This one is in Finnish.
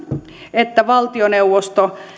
että valtioneuvosto ensimmäinen